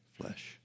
flesh